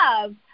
love